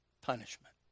punishment